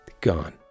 gone